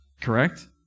Correct